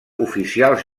oficials